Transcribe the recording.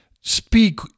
speak